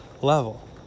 level